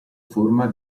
forma